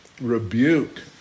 rebuke